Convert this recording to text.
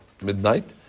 midnight